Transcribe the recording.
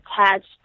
attached